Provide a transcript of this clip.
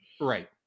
Right